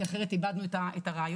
כי אחרת איבדנו את הרעיון.